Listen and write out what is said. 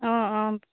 অঁ অঁ